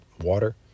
water